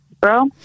bro